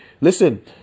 Listen